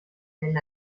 del